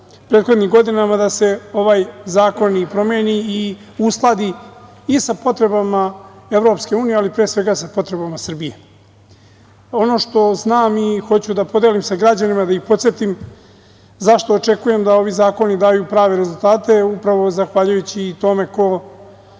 prethodnim godinama da se ovaj zakon i promeni i uskladi i sa potrebama EU, ali pre svega sa potrebama Srbije. Ono što znam i što hoću da podelim sa građanima, da ih podsetim zašto očekujem da ovi zakoni daju prave rezultate, upravo zahvaljujući tome ko